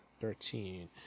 Thirteen